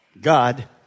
God